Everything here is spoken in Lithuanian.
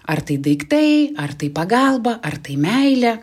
ar tai daiktai ar tai pagalba ar tai meilė